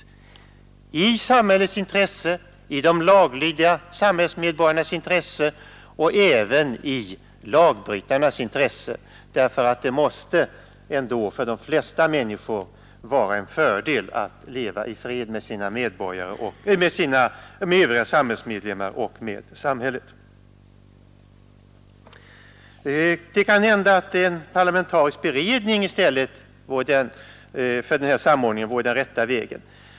Sådana insatser är i samhällets intresse, i de laglydiga samhällsmedborgarnas intresse och även i lagbrytarnas intresse, därför att det måste ändå för de flesta människor vara en fördel att leva i fred med övriga samhällsmedlemmar och med samhället. Det kan hända att en parlamentarisk beredning i stället vore den rätta vägen för denna samordning.